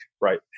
right